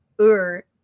Ur